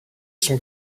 sont